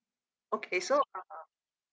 okay so uh